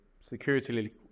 security